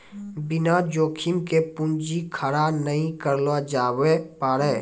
बिना जोखिम के पूंजी खड़ा नहि करलो जावै पारै